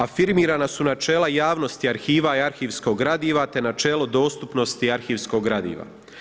Afirmirana su načela javnosti arhiva i arhivskog gradiva, te načelo dostupnosti arhivskog gradiva.